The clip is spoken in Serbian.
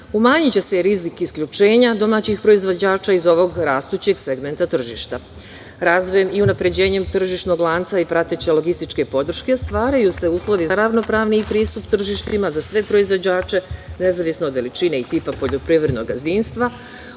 umanjiće se rizik isključenja domaćih proizvođača iz ovog rastućeg segmenta tržišta. Razvojem i unapređenjem tržišnog lanca i prateće logističke podrške stvaraju uslovi za ravnopravni pristup tržištima za sve proizvođače, nezavisno od veličine i tipa poljoprivrednog gazdinstva.